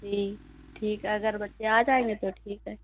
جی ٹھیک ہے اگر بچے آ جائیں گے تو ٹھیک ہے